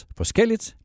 forskelligt